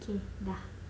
so ya